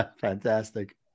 Fantastic